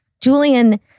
Julian